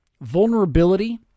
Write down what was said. vulnerability